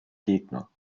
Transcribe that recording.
gegner